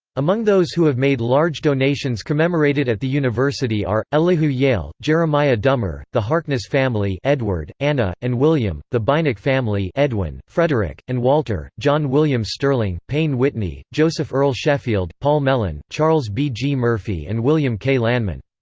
among those who have made large donations commemorated at the university are elihu yale jeremiah dummer the harkness family edward, anna, and william the beinecke family edwin, frederick, and walter john william sterling payne whitney joseph earl sheffield, paul mellon, charles b. g. murphy and william k. lanman.